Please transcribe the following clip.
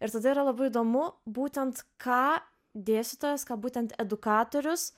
ir tada yra labai įdomu būtent ką dėstytojas ką būtent edukatorius